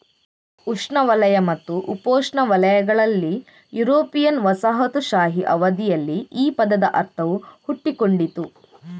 ಉಷ್ಣವಲಯ ಮತ್ತು ಉಪೋಷ್ಣವಲಯಗಳಲ್ಲಿ ಯುರೋಪಿಯನ್ ವಸಾಹತುಶಾಹಿ ಅವಧಿಯಲ್ಲಿ ಈ ಪದದ ಅರ್ಥವು ಹುಟ್ಟಿಕೊಂಡಿತು